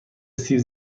سیب